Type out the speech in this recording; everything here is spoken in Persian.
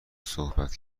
صحبت